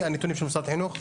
הנתונים של משרד החינוך,